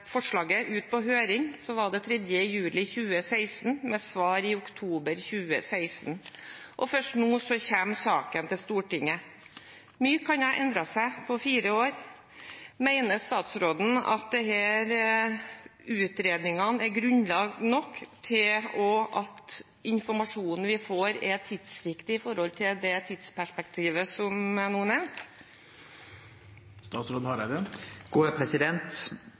forslaget ut på høring, var det 3. juli 2016, med svar i oktober 2016. Først nå kommer saken til Stortinget, og mye kan ha endret seg på fire år. Mener statsråden at disse utredningene er grunnlag nok for at informasjonen vi får, er tidsriktig med tanke på det tidsperspektivet som nå